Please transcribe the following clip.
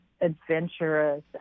adventurous